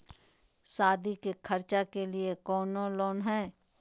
सादी के खर्चा के लिए कौनो लोन है?